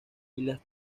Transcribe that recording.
islas